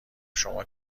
شما